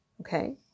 Okay